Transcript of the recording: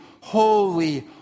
holy